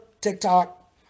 TikTok